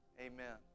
Amen